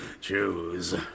Choose